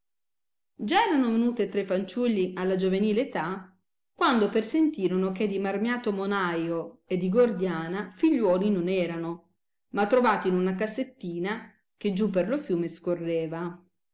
già erano venuti e tre fanciulli alla giovenil età quando persentiro che di marmiato monaio e di gordiana figliuoli non erano ma trovati in una cassettina che giù per lo fiume scorreva